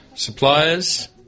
Suppliers